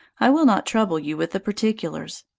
i will not trouble you with the particulars.